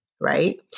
Right